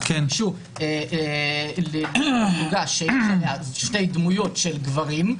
ביקש עוגה שיש עליה שתי דמויות של גברים,